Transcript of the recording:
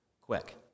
quick